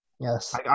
Yes